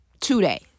today